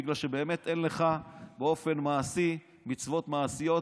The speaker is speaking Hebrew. בגלל שבאמת אין לך באופן מעשי מצוות מעשיות,